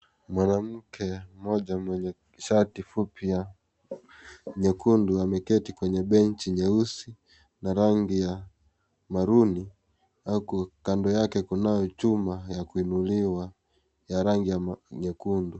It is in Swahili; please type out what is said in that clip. Mwanamke mmoja mwenye shati fupi nyekundu ameketi kwenye benchi nyeusi na rangi ya maruni. Kando yake kuna chuma ya kuinuliwa ya rangi ya nyekundu.